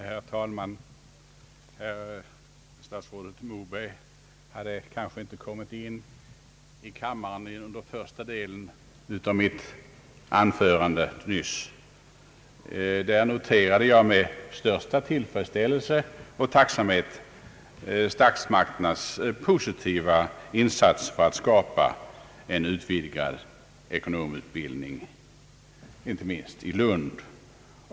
Herr talman! Statsrådet Moberg var kanske inte inne i kammaren under den första delen av mitt anförande nyss. Jag noterade i början av mitt anförande med största tillfredsställelse och tacksamhet statsmakternas positiva insatser för att skapa en utvidgad ekonomutbildning, inte minst i Lund.